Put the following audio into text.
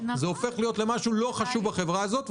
זה הופך להיות למשהו לא חשוב בחברה הזאת.